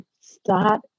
start